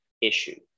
issue